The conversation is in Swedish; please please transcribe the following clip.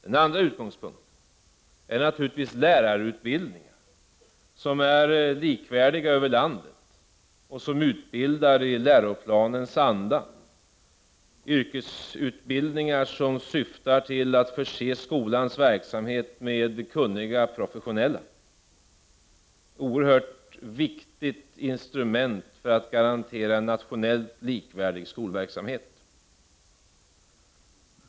Den andra utgångspunkten är naturligtvis lärarutbildningen, som är likvärdig över landet och som utbildar i läroplanens anda — yrkesutbildningar som syftar till att förse skolans verksamhet med kunniga, professionella anställda. Det är ett oerhört viktigt instrument för att garantera en nationellt likvärdig skolverksamhet.